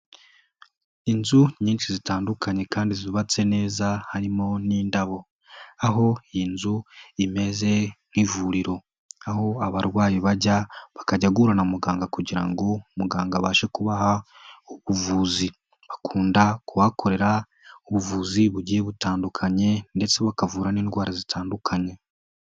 Inzu nyinshi zitandukanye kandi zubatse neza harimo n'indabo, aho iyi nzu imeze nk'ivuriro, aho abarwayi bajya bakajya guhura na muganga kugira ngo muganga abashe kubaha ubuvuzi, bakunda kubahakorera ubuvuzi bugiye butandukanye ndetse bakavura n'indwara zitandukanye.